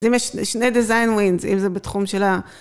אז אם יש שני design wins, אם זה בתחום של ה...